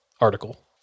article